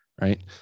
Right